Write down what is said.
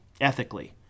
ethically